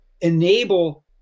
enable